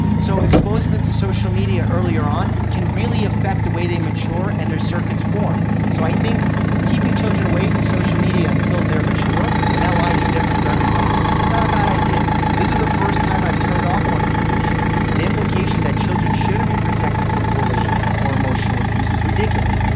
so exposing them to social media earlier on can really affect the way they mature and their circuits form. so i think keeping children away from social media until they're mature, and that line is different for everybody, is not a bad idea. this is the first time i've turned off one of your videos. the implication that children shouldn't be protected from bullying, or emotional abuse, is ridiculous.